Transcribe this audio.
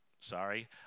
Sorry